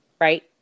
right